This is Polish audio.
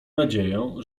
nadzieję